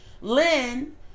Lynn